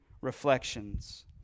reflections